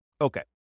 Okay